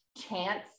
chance